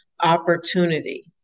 opportunity